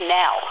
now